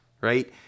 right